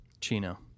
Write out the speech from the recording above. Chino